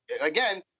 again